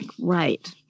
Right